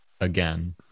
again